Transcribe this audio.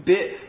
Bit